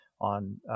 on